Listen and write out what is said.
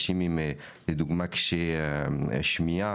או לדוגמא אנשים עם בעיות שמיעה,